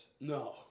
No